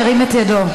ירים את ידו.